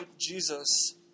Jesus